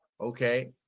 Okay